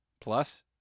plus